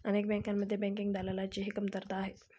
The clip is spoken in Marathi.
अनेक बँकांमध्ये बँकिंग दलालाची ही कमतरता आहे